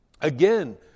again